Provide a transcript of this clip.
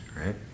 right